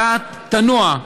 אתה תנוע,